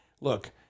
look –